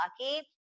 lucky